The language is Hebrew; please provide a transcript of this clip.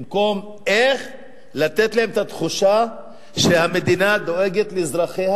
במקום איך לתת להם את התחושה שהמדינה דואגת לאזרחיה